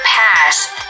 past